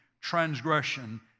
transgression